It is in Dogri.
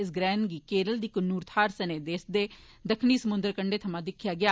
इस ग्रैहण गी केरल दी कन्नूर थाहर सने देसै दे दक्खनी समुंदरी कंड्ढे थमां दिक्खेआ गेआ